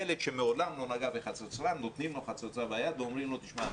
ילד שמעולם לא נגע בחצוצרה נותנים לו חצוצרה ביד ואומרים לו: תשמע,